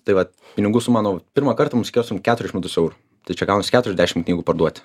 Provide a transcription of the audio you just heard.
tai vat pinigų sumą nu pirmą kartą mums reikėjo surinkt keturis šimtus eurų tai čia gaunasi keturiasdešim knygų parduoti